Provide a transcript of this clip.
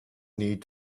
need